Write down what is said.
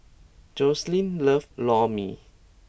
Joselyn loves Lor Mee